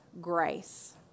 grace